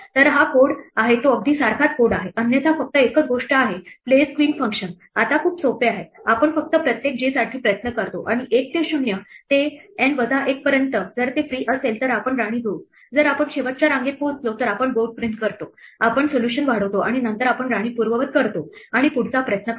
तर हा कोड आहे तो अगदी सारखाच कोड आहे अन्यथा फक्त एकच गोष्ट आहे प्लेस क्वीन फंक्शन आता खूप सोपे आहे आपण फक्त प्रत्येक j साठी प्रयत्न करतो आणि 1 ते 0 ते N वजा 1 पर्यंत जर ते फ्री असेल तर आपण राणी जोडू जर आपण शेवटच्या रांगेत पोहोचलो तर आपण बोर्ड प्रिंट करतो आपण सोल्यूशन वाढवतो आणि नंतर आपण राणी पूर्ववत करतो आणि पुढचा प्रयत्न करतो